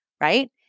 Right